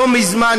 לא מזמן,